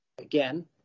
Again